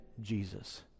Jesus